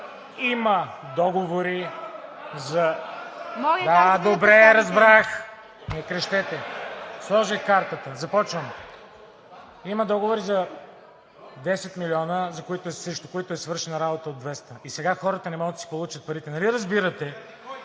„Картата!“) Да, добре, разбрах – не крещете. Сложих си картата, започвам. Има договори за 10 милиона, срещу които е свършена работа за 200. Сега хората не могат да си получат парите. Нали разбирате…